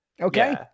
Okay